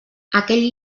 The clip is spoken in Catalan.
aquell